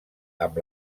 amb